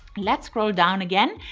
let's scroll down again,